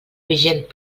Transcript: vigent